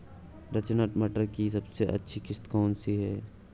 रचना मटर की सबसे अच्छी किश्त कौन सी है?